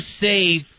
save